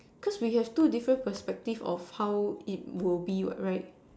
cause we have two different perspective of how it will be what right